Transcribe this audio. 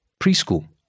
preschool